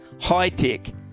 High-tech